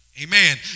Amen